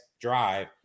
drive